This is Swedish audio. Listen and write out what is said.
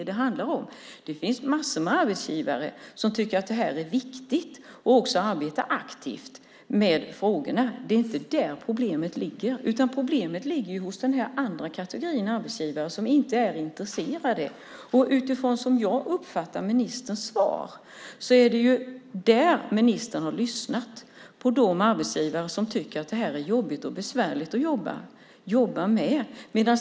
Det finns massor med arbetsgivare som tycker att det här är viktigt och arbetar aktivt med frågorna. Det är inte där problemet ligger, utan problemet ligger hos den andra kategorin arbetsgivare - de som inte är intresserade. Som jag uppfattade ministerns svar är det dem ministern har lyssnat på. Hon har lyssnat på de arbetsgivare som tycker att det här är jobbigt och besvärligt att jobba med.